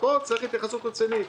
פה צריך התייחסות רצינית.